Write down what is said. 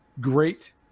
great